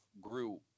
grew